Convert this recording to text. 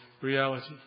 reality